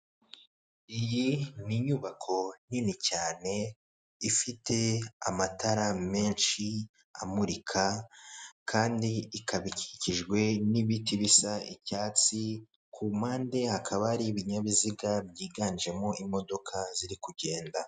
Iyi ni inyubako nini cyane, ifite amatara menshi amurika, kandi ikaba ikikijwe n'ibiti bisa icyatsi, ku mpande hakaba hari ibinyabiziga byiganjemo imodoka ziri kugenda.